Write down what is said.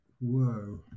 Whoa